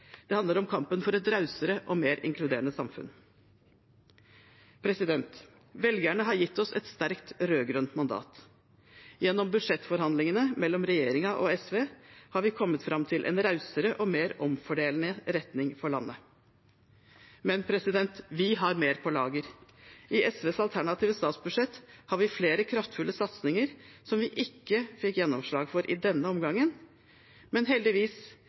Det handler om kampen for et rausere og mer inkluderende samfunn. Velgerne har gitt oss et sterkt rød-grønt mandat. Gjennom budsjettforhandlingene mellom regjeringen og SV har vi kommet fram til en rausere og mer omfordelende retning for landet. Men vi har mer på lager. I SVs alternative statsbudsjett har vi flere kraftfulle satsinger som vi ikke fikk gjennomslag for i denne omgangen, men heldigvis